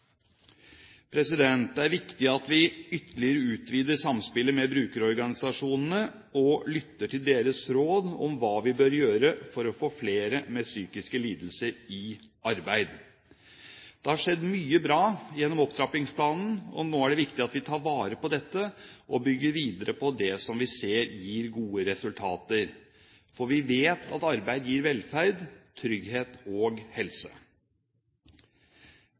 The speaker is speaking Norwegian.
Det er viktig at vi ytterligere utvider samspillet med brukerorganisasjonene og lytter til deres råd om hva vi bør gjøre for å få flere med psykiske lidelser i arbeid. Det har skjedd mye bra gjennom opptrappingsplanen. Nå er det viktig at vi tar vare på dette og bygger videre på det vi ser gir gode resultater, for vi vet at arbeid gir velferd, trygghet og helse.